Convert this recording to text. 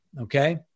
Okay